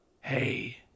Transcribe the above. Hey